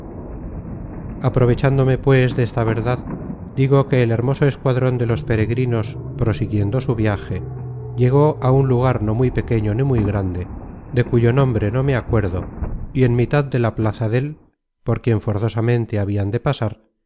aprovechándome pues desta verdad digo que el hermoso escuadron de los peregrinos prosiguiendo su viaje llegó á un lugar no muy pequeño ni muy grande de cuyo nombre no me acuerdo y en mitad de la plaza dél por quien forzosamente habian de pasar